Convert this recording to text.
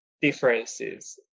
differences